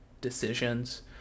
decisions